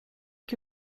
que